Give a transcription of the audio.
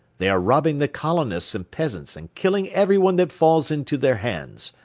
they are robbing the colonists and peasants and killing everyone that falls into their hands.